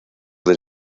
del